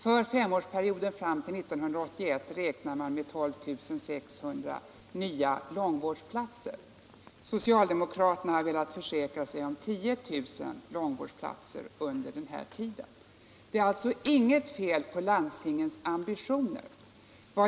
För femårsperioden fram till år 1981 räknar man med 12 600 nya långvårdsplatser. Socialdemokraterna har velat försäkra sig om 10 000 långvårdsplatser under samma tid. Det är alltså inget fel på landstingens ambitioner.